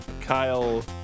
Kyle